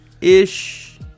ish